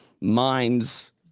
minds